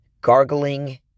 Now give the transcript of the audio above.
gargling